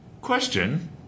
Question